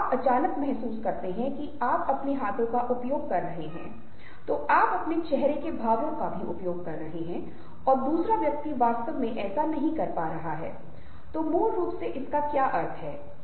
हालांकि हमें यह ध्यान में रखना चाहिए कि चेहरे की अधिकतम मांसपेशियांहम नियंत्रित कर सकते हैं इसकी एक निश्चित संख्या में मांसपेशियां भी हैं जिन्हें हम नियंत्रित नहीं कर सकते हैं